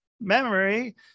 memory